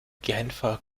genfer